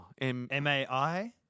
M-A-I